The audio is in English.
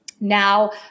now